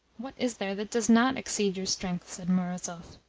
what is there that does not exceed your strength? said murazov.